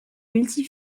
multi